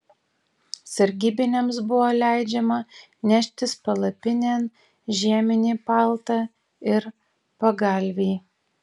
sargybiniams buvo leidžiama neštis palapinėn žieminį paltą ir pagalvį